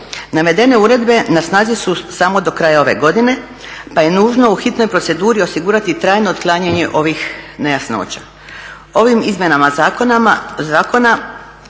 Navedene uredbe na snazi su samo do kraja ove godine pa je nužno u hitnoj proceduri osigurati trajno otklanjanje ovih nejasnoća. Ovim izmjenama zakona